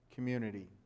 community